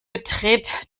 betritt